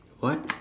what